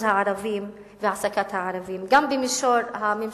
הערבים והעסקת הערבים גם במישור הממשלתי,